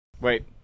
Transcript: Wait